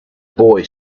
boy